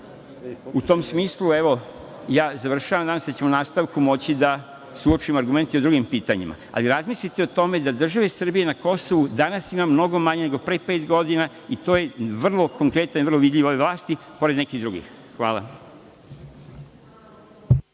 tom smislu, završavam. Nadam se da ćemo u nastavku moći da suočim argumente i po drugim pitanjima. Ali, razmislite o tome da države Srbije na Kosovu danas ima mnogo manje nego pre pet godina i to je vrlo konkretno i vidljivo ovoj vlasti, pored nekih drugih. Hvala.